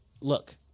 Look